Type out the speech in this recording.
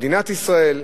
מדינת ישראל,